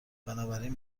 بنابراین